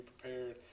prepared